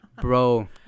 bro